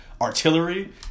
artillery